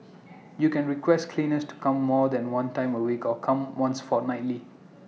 you can request cleaners to come more than one time A week or come once fortnightly